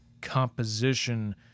composition